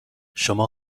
شما